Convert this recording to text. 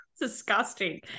Disgusting